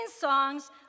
songs